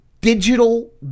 digital